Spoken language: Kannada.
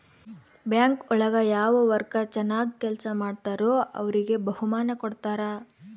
ಬ್ಯಾಂಕ್ ಒಳಗ ಯಾವ ವರ್ಕರ್ ಚನಾಗ್ ಕೆಲ್ಸ ಮಾಡ್ತಾರೋ ಅವ್ರಿಗೆ ಬಹುಮಾನ ಕೊಡ್ತಾರ